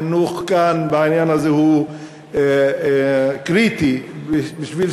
החינוך כאן בעניין הזה הוא קריטי בשביל